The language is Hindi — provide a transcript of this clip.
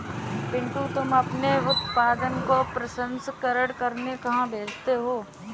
पिंटू तुम अपने उत्पादन को प्रसंस्करण करने कहां भेजते हो?